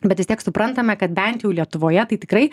bet vis tiek suprantame kad bent jau lietuvoje tai tikrai